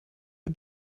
der